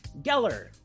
Geller